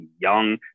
young